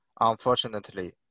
Unfortunately